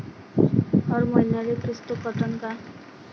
हर मईन्याले किस्त कटन का?